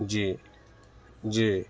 جی جی